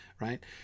right